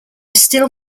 still